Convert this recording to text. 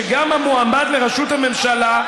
שגם המועמד לראשות הממשלה,